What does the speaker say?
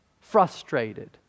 frustrated